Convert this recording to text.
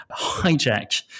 hijack